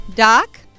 Doc